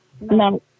No